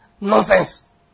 Nonsense